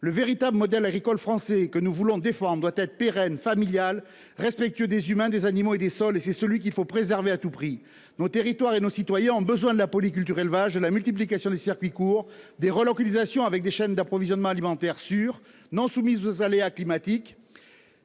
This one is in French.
le véritable modèle agricole français que nous voulons déforme doit être pérenne familial respectueux des humains des animaux et des sols et c'est celui qu'il faut préserver à tout prix nos territoires et nos citoyens ont besoin de la polyculture élevage de la multiplication des circuits courts des relocalisations avec des chaînes d'approvisionnement alimentaire sur non soumise aux aléas climatiques.